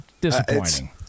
disappointing